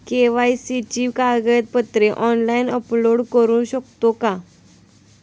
KYC ची कागदपत्रे online upload करू शकतो का?